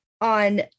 on